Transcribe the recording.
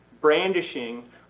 brandishing